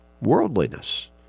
worldliness